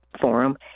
forum